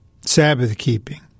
Sabbath-keeping